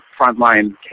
frontline